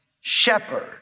shepherd